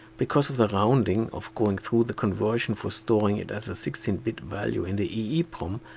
because of the rounding of going through the conversion for storing it as a sixteen bit value in the eeprom.